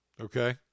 Okay